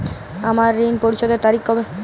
আমার ঋণ পরিশোধের তারিখ কবে?